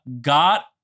got